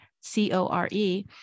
C-O-R-E